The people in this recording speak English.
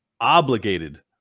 obligated